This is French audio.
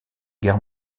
guerre